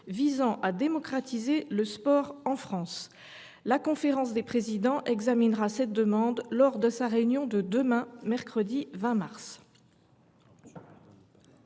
visant à démocratiser le sport en France. La conférence des présidents examinera cette demande lors de sa réunion de demain, mercredi 20 mars.